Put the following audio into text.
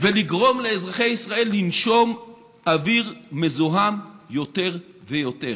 ולגרום לאזרחי ישראל לנשום אוויר מזוהם יותר ויותר.